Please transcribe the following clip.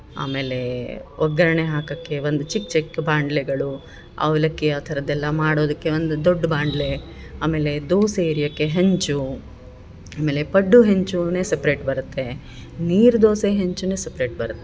ಆಮೇಲೆ ಒಗ್ಗರಣೆ ಹಾಕಕ್ಕೆ ಒಂದು ಚಿಕ್ಕ ಚಿಕ್ಕ ಬಾಂಡ್ಲೆಗಳು ಅವಲಕ್ಕಿ ಆ ಥರದೆಲ್ಲ ಮಾಡೋದಕ್ಕೆ ಒಂದು ದೊಡ್ಡ ಬಾಂಡ್ಲೆ ಆಮೇಲೆ ದೋಸೆ ಇರಿಯಕ್ಕೆ ಹಂಚು ಆಮೇಲೆ ಪಡ್ಡು ಹೆಂಚೂನೆ ಸಪ್ರೇಟ್ ಬರುತ್ತೆ ನೀರು ದೋಸೆ ಹೆಂಚುನೆ ಸಪ್ರೇಟ್ ಬರುತ್ತೆ